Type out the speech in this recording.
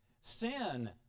Sin